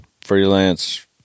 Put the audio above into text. freelance